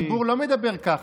אבל הציבור לא מדבר ככה.